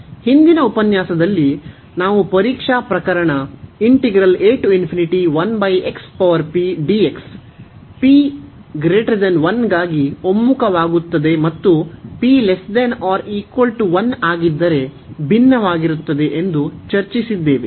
ಹಿಂದಿನ ಉಪನ್ಯಾಸದಲ್ಲಿ ನಾವು ಪರೀಕ್ಷಾ ಪ್ರಕರಣ p1 ಗಾಗಿ ಒಮ್ಮುಖವಾಗುತ್ತದೆ ಮತ್ತು p1 ಆಗಿದ್ದರೆ ಭಿನ್ನವಾಗಿರುತ್ತದೆ ಎಂದು ಚರ್ಚಿಸಿದ್ದೇವೆ